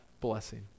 blessing